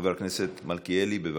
חבר הכנסת מלכיאלי, בבקשה,